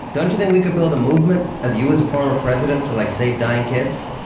don't you think we could build a movement as you as a former president to like save dying kids?